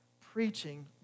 preaching